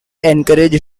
encouraged